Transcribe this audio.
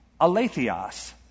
aletheos